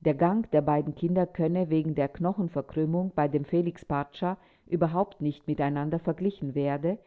der gang der beiden kinder könne wegen der knochenverkrümmung bei dem felix pracza überhaupt nicht miteinander verglichen werden